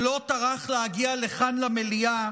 שלא טרח להגיע לכאן למליאה,